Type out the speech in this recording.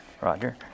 Roger